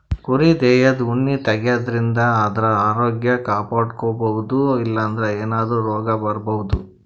ಕುರಿ ದೇಹದ್ ಉಣ್ಣಿ ತೆಗ್ಯದ್ರಿನ್ದ ಆದ್ರ ಆರೋಗ್ಯ ಕಾಪಾಡ್ಕೊಬಹುದ್ ಇಲ್ಲಂದ್ರ ಏನಾದ್ರೂ ರೋಗ್ ಬರಬಹುದ್